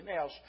else